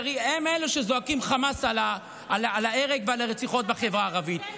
כי הרי הם שזועקים חמס על ההרג ועל הרציחות בחברה הערבית.